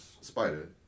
spider